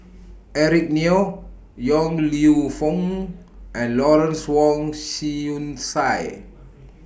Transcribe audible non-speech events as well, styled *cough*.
*noise* Eric Neo Yong Lew Foong and Lawrence Wong Shyun Tsai